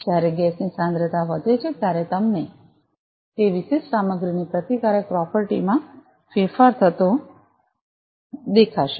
જ્યારે ગેસની સાંદ્રતા વધે છે ત્યારે તમને તે વિશિષ્ટ સામગ્રીની પ્રતિકારક પ્રોપર્ટી માં ફેરફાર થતો દેખાશે